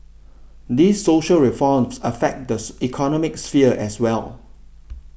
these social reforms affect this economic sphere as well